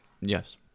Yes